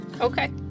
Okay